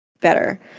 better